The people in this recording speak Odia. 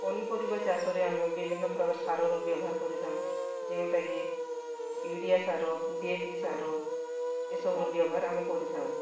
ପନିପରିବାଚାଷ ରେ ଆମେ ବିଭିନ୍ନ ପ୍ରକାର ସାରର ବ୍ୟବହାର କରିଥାଉ ଯେଉଁଟା କି ୟୁରିଆ ସାର ଡ଼ିଏପି ସାର ଏ ସବୁର ବ୍ୟବହାର ଆମେ କରିଥାଉ